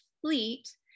fleet